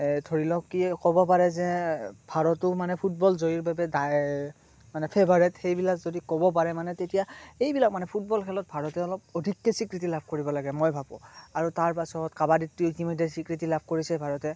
ধৰি লওক কি ক'ব পাৰে যে ভাৰতো মানে ফুটবল জয়ীৰ বাবে মানে ফেভাৰেট সেইবিলাক যদি ক'ব পাৰে মানে তেতিয়া এইবিলাক মানে ফুটবল খেলত ভাৰতে অলপ অধিককে স্বীকৃতি লাভ কৰিব লাগে বুলি মই ভাবোঁ আৰু তাৰপাছত কাবাদিত ইতিমধ্যে স্বীকৃতি লাভ কৰিছে ভাৰতে